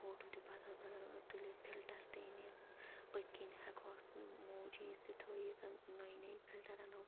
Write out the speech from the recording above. photo تہِ بَدَل بَدَل ٲں تُلِتھ فِلٹَر تہِ أنِتھ پٔتۍ کِنۍ ہیٚکہٕ ہوس اموجیٖز تہِ تھٲیِتھ نٔے نٔے فِلٹَر اَنو